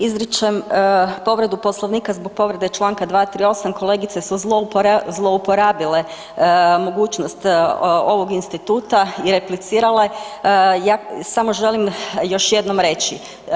Izričem povredu Poslovnika zbog povrede čl. 238., kolegice su zlouporabile mogućnost ovog instituta i replicirale, ja samo želim još jednom reći.